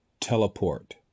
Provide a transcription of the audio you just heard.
teleport